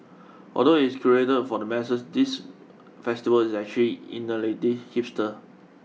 although it is curated for the masses this festival is actually innately hipster